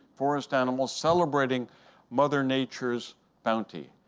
forest animals celebrating mother nature's bounty.